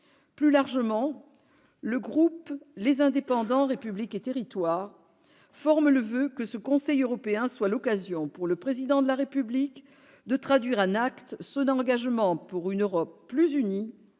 Plus largement, le groupe Les Indépendants-République et Territoires forme le voeu que ce Conseil européen soit l'occasion pour le Président de la République de traduire en acte son engagement pour une Europe plus unie,